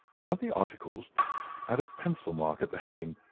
one of the articles had a pencil mark at the heading,